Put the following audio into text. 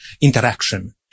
interaction